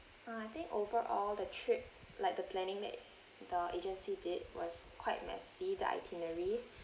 uh I think overall the trip like the planning that the agency did was quite messy the itinerary